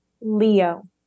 Leo